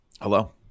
Hello